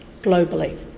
globally